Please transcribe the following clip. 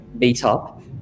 meetup